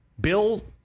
Bill